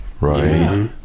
Right